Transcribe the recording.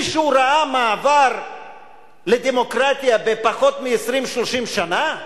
מישהו ראה מעבר לדמוקרטיה בפחות מ-20 30 שנה?